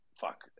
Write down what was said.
fuck